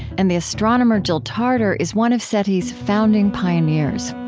and the astronomer jill tarter is one of seti's founding pioneers.